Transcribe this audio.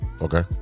Okay